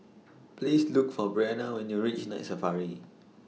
Please Look For Bryanna when YOU REACH Night Safari